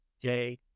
day